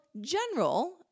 general